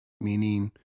meaning